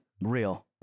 Real